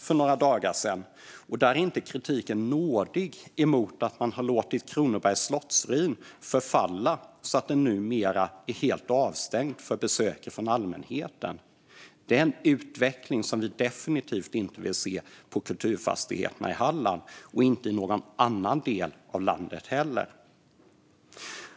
Där är inte kritiken nådig mot att man har låtit Kronobergs slottsruin förfalla så att den numera är helt avstängd för besök från allmänheten. Det är en utveckling som vi definitivt inte vill se för kulturfastigheterna i Halland och inte i någon annan del av landet heller.